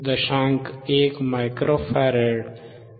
1 मायक्रो फॅराडचे 2